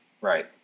right